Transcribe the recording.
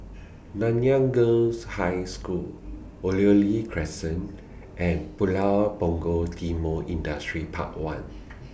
Nanyang Girls' High School Oriole Crescent and Pulau Punggol Timor Industrial Park one